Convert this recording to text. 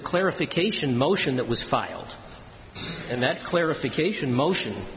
a clarification motion that was filed and that clarification motion